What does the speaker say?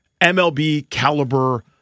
MLB-caliber